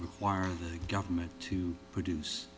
require the government to produce